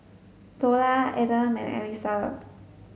Dollah Adam and Alyssa